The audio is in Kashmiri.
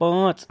پانٛژھ